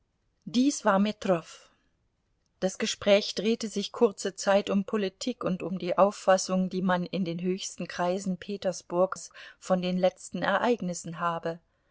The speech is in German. dies war metrow das gespräch drehte sich kurze zeit um politik und um die auffassung die man in den höchsten kreisen petersburgs von den letzten ereignissen habe